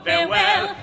Farewell